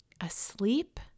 asleep